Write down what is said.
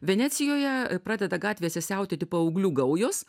venecijoje pradeda gatvėse siautėti paauglių gaujos